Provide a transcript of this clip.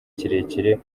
kirekire